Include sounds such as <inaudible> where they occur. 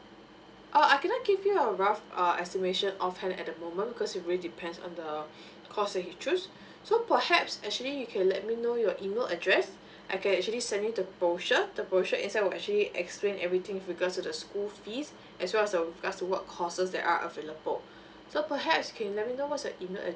uh I can I give you a rough uh estimation of at the moment because it really depends on the <breath> course that you choose <breath> so perhaps actually you can let me know your email address <breath> I can actually send you the brochure the brochure itself will actually explain everything with regards to the school fees <breath> as well as with regards to what courses there are available <breath> so perhaps you can let me know what is your email address